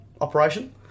operation